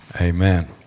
Amen